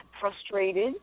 frustrated